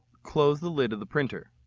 close the lid of the printer.